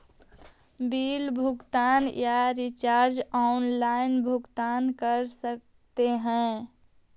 Bill भुगतान या recharge online भुगतान कर सकते हैं?